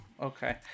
Okay